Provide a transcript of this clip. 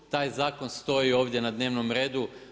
Taj zakon stoji ovdje na dnevnom redu.